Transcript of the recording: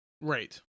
Right